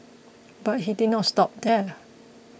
but he did not stop there